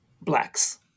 Blacks